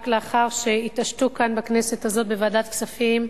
רק לאחר שהתעשתו כאן, בכנסת הזאת, בוועדת כספים,